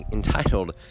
entitled